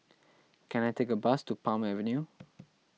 can I take a bus to Palm Avenue